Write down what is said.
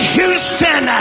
Houston